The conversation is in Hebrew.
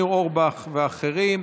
ניר אורבך ואחרים.